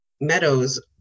Meadows